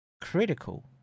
critical